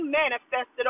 manifested